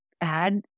add